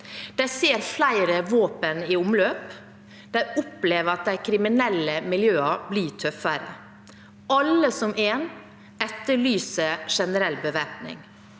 De ser flere våpen i omløp, og de opplever at de kriminelle miljøene blir tøffere. Alle som én etterlyser generell bevæpning.